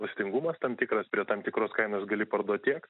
valstingumas tam tikras prie tam tikros kainos gali parduot tiek